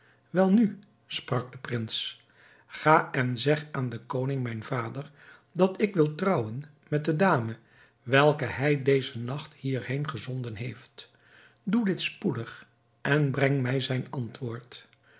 welnu sprak de prins ga en zeg aan den koning mijn vader dat ik wil trouwen met de dame welke hij dezen nacht hier heen gezonden heeft doe dit spoedig en breng mij zijn antwoord